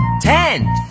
ten